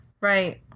Right